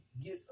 get